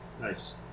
Nice